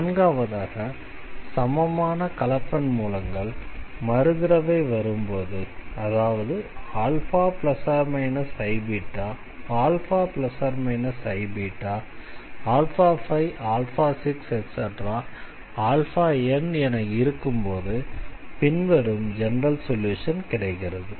நான்காவதாக சமமான கலப்பெண் மூலங்கள் மறு தடவை வரும்போது அதாவது α±iβα±iβ56n என இருக்கும்போது பின்வரும் ஜெனரல் சொல்யூஷன் கிடைக்கிறது